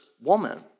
woman